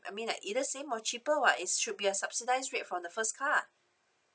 I mean like either same or cheaper [what] it should be a subsidise rate for the first car